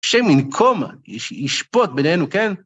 השם ינקון, ישפוט בינינו, כן?